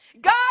God